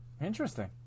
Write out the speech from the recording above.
Interesting